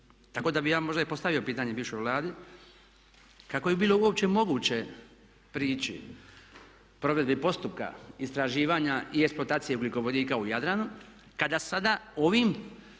Tako da bih ja možda i postavio pitanje bivšoj Vladi kako je bilo uopće moguće prići provedbi postupka istraživanja i eksploatacije ugljikovodika u Jadranu kada sada ovim